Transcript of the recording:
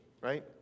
right